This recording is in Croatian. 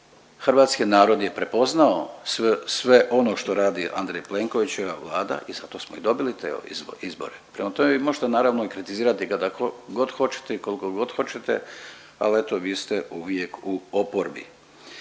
hrvatski narod je prepoznao sve ono što radi Andrej Plenković i ova Vlada i zato smo i dobili te izbore. Prema tome, vi možete naravno kritizirati kada god hoćete i koliko god hoćete ali eto vi ste uvijek u oporbi.